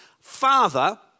father